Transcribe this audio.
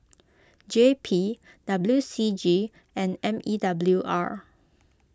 J P W C G and M E W R